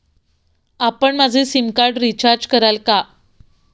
आपण माझं sim card recharge कराल का?